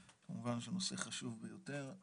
כמובן שהנושא חשוב ביותר.